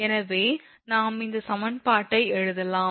எனவே நாம் இந்த சமன்பாட்டை எழுதலாம்